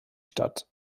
statt